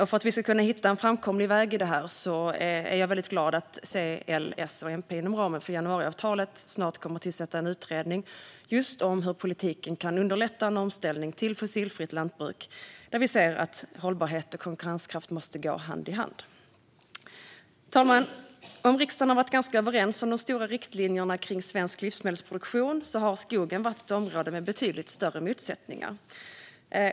För att vi ska kunna hitta en framkomlig väg är jag väldigt glad att C, L, S och MP inom ramen för januariavtalet snart kommer att tillsätta en utredning om hur politiken kan underlätta en omställning till fossilfritt lantbruk, där vi ser att hållbarhet och konkurrenskraft måste gå hand i hand. Fru talman! Om riksdagen har varit ganska överens om de stora riktlinjerna kring svensk livsmedelsproduktion har skogen varit ett område med betydligt större motsättningar.